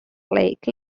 like